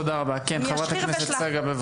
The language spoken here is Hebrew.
חברתי, חברת הכנסת דבי,